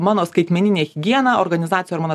mano skaitmeninė higiena organizacija ir mano